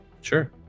Sure